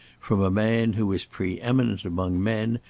from a man who is pre-eminent among men,